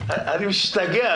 אני משתגע.